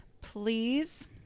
Please